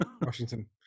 Washington